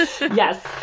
Yes